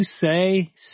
say